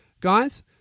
guys